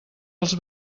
als